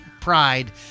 Pride